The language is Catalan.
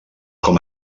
com